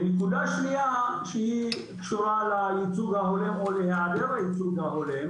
נקודה שנייה שהיא קשורה לייצוג ההולם או להיעדר הייצוג ההולם